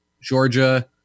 Georgia